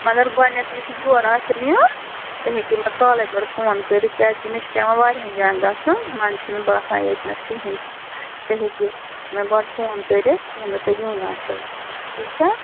مگر گۄڈٕنٮ۪تھ یِتھُے یور آسٮ۪و یُن تُہۍ ہیٚکِو مےٚ کالَے گۄڈٕ فون کٔرِتھ کیٛاز کہِ مےٚ چھُ پٮ۪وان واریاہن جایَن گژھُن منٛزٕ چھُنہٕ باسان ییٚتِنَس کِہیٖنٛۍ تُہۍ ہیٚکِو مےٚ گۄڈٕ فون کٔرِتھ ییٚمہِ دۅہ تۅہہِ یُن آسٮ۪و ٹھیٖک چھا